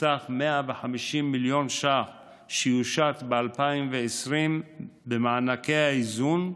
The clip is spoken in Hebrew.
בסך 150 מיליון ש"ח שיושת ב-2020 במענקי האיזון,